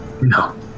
No